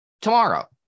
tomorrow